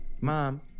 Mom